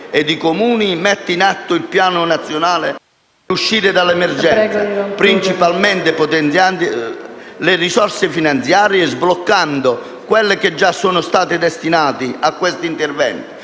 ed i Comuni, metta in atto un piano nazionale per uscire dall’emergenza, principalmente potenziando le risorse finanziarie e sbloccando quelle che già sono state destinate a questi interventi,